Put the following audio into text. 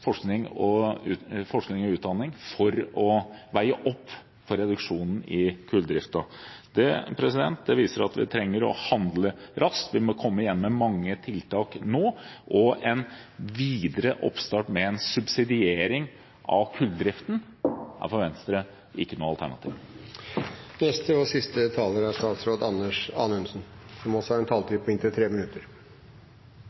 forskning og utdanning for å veie opp for reduksjonen i kulldriften. Det viser at vi trenger å handle raskt. Vi må komme igjen med mange tiltak nå. En videre oppstart med en subsidiering av kulldriften er for Venstre ikke noe alternativ. La meg først få takke for en svært god og samlende debatt som viser at Stortinget i stort har